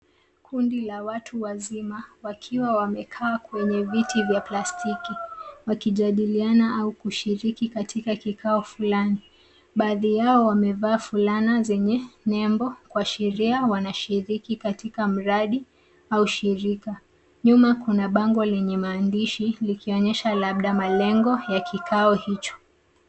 Kundi la watu wazima wakiwa amekaa kwenye viti vya plastiki wakijadiliana au kushiriki katika kikao fulani. Baadhi yao wamevaa fulana zenye nembo kuashiria wanashiriki katika mradi au shirika. Nyuma kuna bango lenye maandishi likionyesha labda malengo ya kikao hicho.